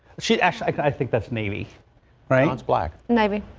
she actually i i think that's maybe right it's black ninety.